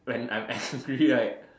when I'm angry right